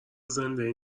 زنده